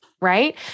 right